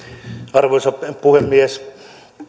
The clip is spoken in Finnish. arvoisa puhemies